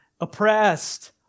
oppressed